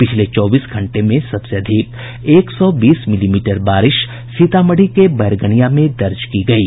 पिछले चौबीस घंटे में सबसे अधिक एक सौ बीस मिलीमीटर बारिश सीतामढ़ी के बैरगनिया में दर्ज की गयी